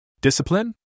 Discipline